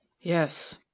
Yes